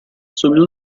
subito